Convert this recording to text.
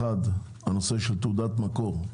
אחת, הנושא של תעודת מקור.